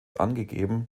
angegeben